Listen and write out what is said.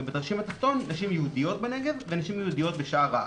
ובתרשים התחתון נשים יהודיות בנגב ונשים יהודיות בשאר הארץ.